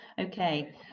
Okay